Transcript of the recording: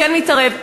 כן מתערב.